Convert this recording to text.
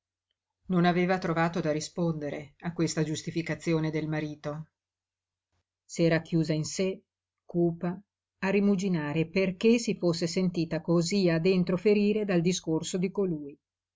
non aveva trovato da rispondere a questa giustificazione del marito s'era chiusa in sé cupa a rimuginare perché si fosse sentita cosí a dentro ferire dal discorso di colui